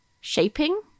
shaping